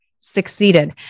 succeeded